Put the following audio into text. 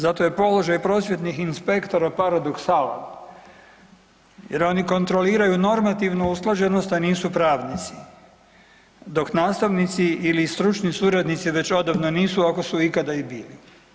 Zato je položaj prosvjetnih inspektora paradoksalan jer oni kontroliraju normativnu usklađenost, a nisu pravnici dok nastavnici ili stručni suradnici već odavno nisu ako su ikada i bili.